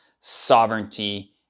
sovereignty